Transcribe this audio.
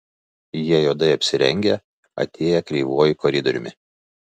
jie juodai apsirengę atėję kreivuoju koridoriumi